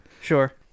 Sure